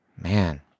Man